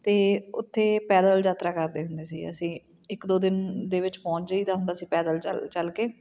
ਅਤੇ ਉੱਥੇ ਪੈਦਲ ਯਾਤਰਾ ਕਰਦੇ ਹੁੰਦੇ ਸੀ ਅਸੀਂ ਇੱਕ ਦੋ ਦਿਨ ਦੇ ਵਿੱਚ ਪਹੁੰਚ ਜਾਈਦਾ ਹੁੰਦਾ ਸੀ ਪੈਦਲ ਚੱਲ ਚੱਲ ਕੇ